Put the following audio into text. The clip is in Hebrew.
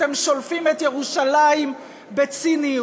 אתם שולפים את ירושלים בציניות.